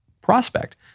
prospect